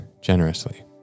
generously